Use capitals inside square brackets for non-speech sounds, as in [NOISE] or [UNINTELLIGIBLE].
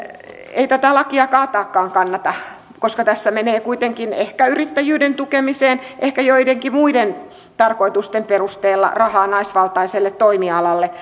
ei tätä lakia kaataakaan kannata koska tässä menee kuitenkin ehkä yrittäjyyden tukemiseen ehkä joidenkin muiden tarkoitusten perusteella rahaa naisvaltaisille toimialoille [UNINTELLIGIBLE]